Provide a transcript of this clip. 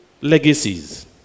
legacies